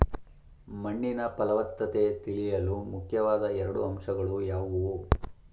ಮಣ್ಣಿನ ಫಲವತ್ತತೆ ತಿಳಿಯಲು ಮುಖ್ಯವಾದ ಎರಡು ಅಂಶಗಳು ಯಾವುವು?